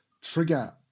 trigger